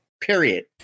period